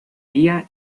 día